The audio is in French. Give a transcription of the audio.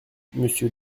monsieur